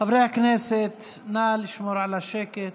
חברי הכנסת, נא לשמור על השקט.